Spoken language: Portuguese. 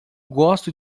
gosto